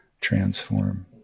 transform